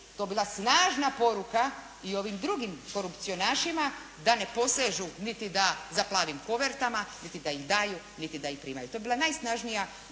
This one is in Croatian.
bi to bila snažna poruka i ovim drugim korupcionašima da ne posežu niti za plavim kovertama niti da ih daju niti da ih primaju. To bi bila najsnažnija